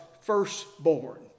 firstborn